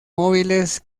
móviles